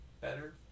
better